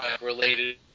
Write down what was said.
related